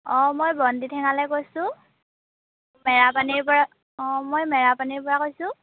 অঁ মই বন্তি ঠেঙালে কৈছো মেৰাপানী পৰা অঁ মই মেৰাপানী পৰা কৈছো